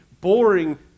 boring